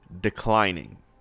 declining